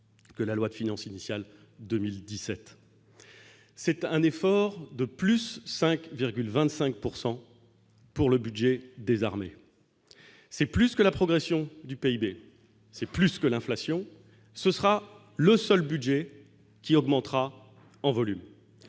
que la loi de finances initiale 2017, c'est un effort de plus 5,25 pourcent pour pour le budget des armées, c'est plus que la progression du PIB, c'est plus que l'inflation, ce sera le seul budget qui augmentera en volume,